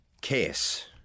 case